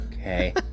Okay